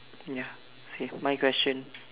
ya K my question